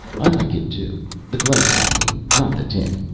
i like it too the glass, i mean, not the tint.